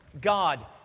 God